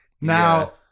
Now